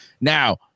now